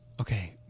Okay